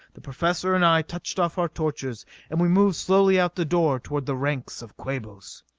the professor and i touched off our torches and we moved slowly out the door toward the ranks of quabos.